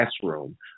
classroom